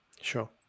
Sure